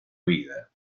vida